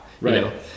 Right